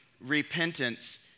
repentance